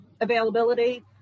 availability